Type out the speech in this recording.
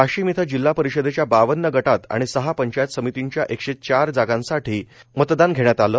वाशीम इथं जिल्हापरिषदेच्या बावन्न गटात आणि सहा पंचायत समितींच्या एकशे चार जागांसाठी मतदान घेण्यात आलं